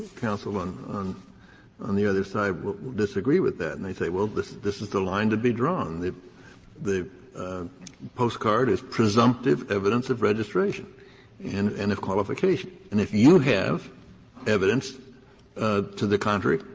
counsel on on on the other side will disagree with that and they say, well, this is this is the line to be drawn. the the postcard is presumptive evidence of registration and and of qualification. and if you have evidence to the contrary,